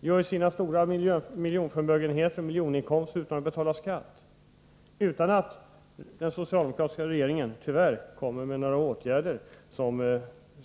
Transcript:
De skapar sina stora förmögenheter och gör miljoninkomster utan att betala skatt, tyvärr utan att den socialdemokratiska regeringen vidtar några åtgärder